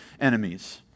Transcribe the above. enemies